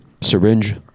Syringe